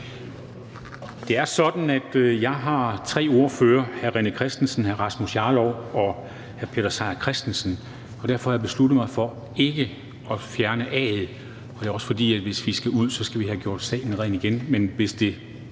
Det er sådan, at jeg har tre ordførere, nemlig hr. René Christensen, hr. Rasmus Jarlov og hr. Peter Seier Christensen, og derfor har jeg besluttet mig for ikke at fjerne A'et. Det er også, fordi vi, hvis vi skal ud, skal have gjort salen ren igen.